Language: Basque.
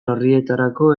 orrietarako